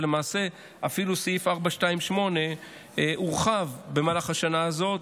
ולמעשה אפילו סעיף 428 הורחב במהלך השנה הזאת,